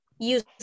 use